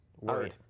word